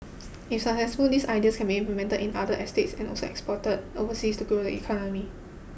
if successful these ideas can be implemented in other estates and also exported overseas to grow the economy